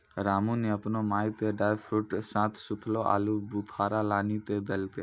रामू नॅ आपनो माय के ड्रायफ्रूट साथं सूखलो आलूबुखारा लानी क देलकै